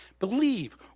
believe